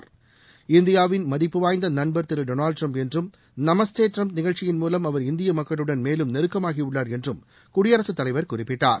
முன்னேற்றம் இந்தியாவின் மதிப்பு வாய்ந்த நண்பர் திரு டொனால்டு டிரம்ப் என்றம் நமஸ்தே டிரம்ப் நிகழ்ச்சியின் மூலம் அவர் இந்திய மக்குளுடன் மேலும் நெருக்கமாகியுள்ளார் என்றும் குடியரசுத் தலைவர் குறிப்பிட்டார்